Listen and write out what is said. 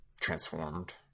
transformed